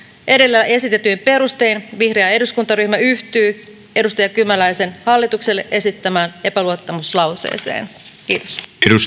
edellä esitetyin perustein vihreä eduskuntaryhmä yhtyy edustaja kymäläisen hallitukselle esittämään epäluottamuslauseeseen kiitos